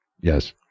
Yes